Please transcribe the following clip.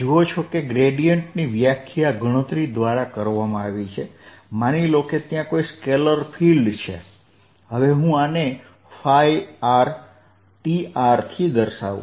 જુઓ છો કે ગ્રેડીયેંટની વ્યાખ્યા ગણતરી દ્વારા કરવામાં આવી છે માની લો કે ત્યાં કોઈ સ્કેલર ફીલ્ડ છે હવે હું આને r Trથી દર્શાવું